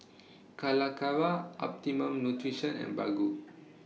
Calacara Optimum Nutrition and Baggu